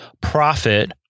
profit